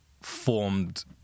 formed